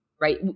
right